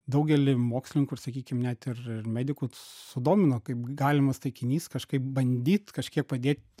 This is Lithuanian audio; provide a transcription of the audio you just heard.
daugelį mokslininkų ir sakykim net ir ir medikų sudomino kaip galimas taikinys kažkaip bandyt kažkiek padėt